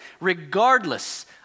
Regardless